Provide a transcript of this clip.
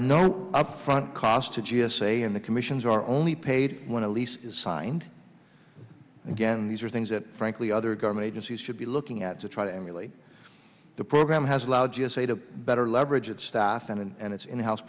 no upfront cost to g s a in the commissions are only paid when a lease is signed again these are things that frankly other government agencies should be looking at to try to emulate the program has allowed g s a to better leverage its staff and its in house